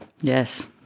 Yes